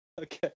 okay